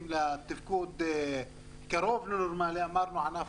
שהמשק יחזור תוך חודשים לתפקוד קרוב לנורמלי אמרנו שענף